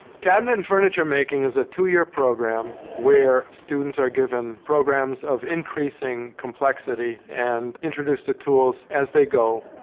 cabinet and furniture making is a two-year program where students are given programs of increasing complexity and introduced to tools as they go.